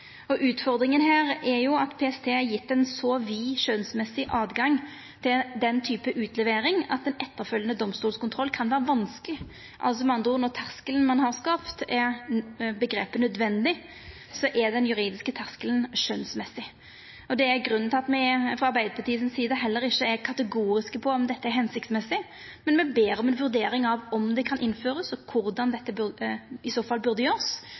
Utfordringa her er at PST har gjeve ein så vid skjønsmessig heimel til den typen utlevering at ein etterfølgjande domstolskontroll kan vera vanskeleg. Med andre ord: Når terskelen ein har skapt, er omgrepet «nødvendig», er den juridiske terskelen skjønsmessig. Det er grunnen til at me frå Arbeidarpartiet si side heller ikkje er kategoriske på om dette er hensiktsmessig. Men me ber om ei vurdering av om det kan innførast, og korleis det i så fall burde gjerast.